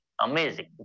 amazing